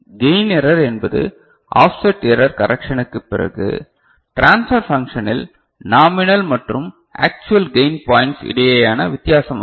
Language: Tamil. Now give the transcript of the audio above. கையின் எரர் என்பது ஆப்செட் எரர் கரெக்ஷனுக்கு பிறகு ட்ரான்ஸ்பர் பான்க்ஷனில் நாமினல் மற்றும் ஆக்சுவல் கையின் பாய்ண்ட்ஸ் இடையேயான வித்தியாசமாகும்